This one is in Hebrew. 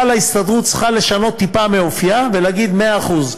אבל ההסתדרות צריכה לשנות טיפה מאופייה ולהגיד: מאה אחוז,